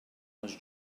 was